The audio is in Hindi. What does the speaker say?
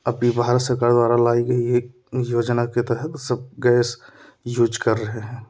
अभी भारत सरकार द्वारा लाई गई एक योजना के तहत सब गैस यूज कर रहे हैं